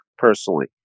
personally